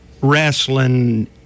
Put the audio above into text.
wrestling